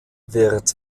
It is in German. wird